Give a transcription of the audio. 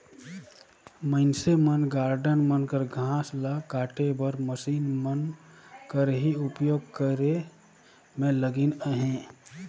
मइनसे मन गारडन मन कर घांस ल काटे बर मसीन मन कर ही उपियोग करे में लगिल अहें